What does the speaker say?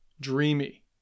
dreamy